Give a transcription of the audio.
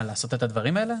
מה, לעשות את הדברים האלה?